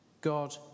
God